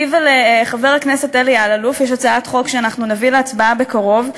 לי ולחבר הכנסת אלי אלאלוף יש הצעת חוק שאנחנו נביא להצבעה בקרוב,